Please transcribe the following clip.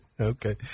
Okay